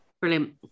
Brilliant